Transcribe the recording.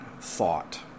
thought